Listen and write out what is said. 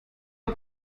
hat